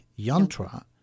Yantra